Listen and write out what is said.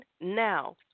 now